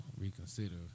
reconsider